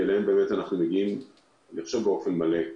כי אליהם אני חושב שאנחנו מגיעים באופן מלא.